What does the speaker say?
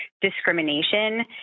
discrimination